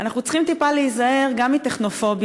אנחנו צריכים טיפה להיזהר גם מטכנופוביה